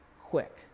quick